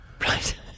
Right